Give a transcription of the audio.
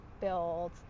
build